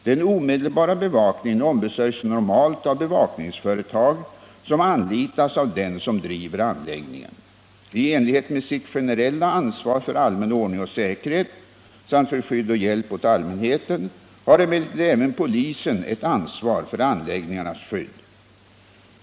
Den omedelbara bevakningen ombesörjs normalt av bevakningsföretag som anlitas av den som driver anläggningen. I enlighet med sitt generella ansvar för allmän ordning och säkerhet samt för skydd och hjälp åt allmänheten har emellertid även polisen ett ansvar för anläggningarnas skydd.